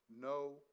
no